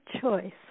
choice